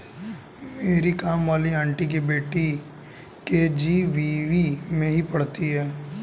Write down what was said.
मेरी काम वाली आंटी की बेटी के.जी.बी.वी में ही पढ़ती है